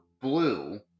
blue